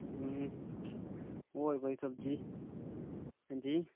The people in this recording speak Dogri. होर कोई सब्जी हां जी